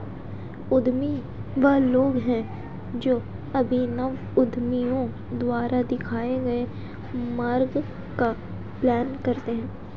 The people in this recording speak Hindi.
उद्यमी वे लोग हैं जो अभिनव उद्यमियों द्वारा दिखाए गए मार्ग का पालन करते हैं